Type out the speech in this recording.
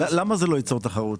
למה זה לא ייצור תחרות?